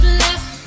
left